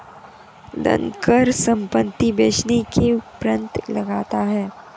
धनकर संपत्ति बेचने के उपरांत लगता है